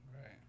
Right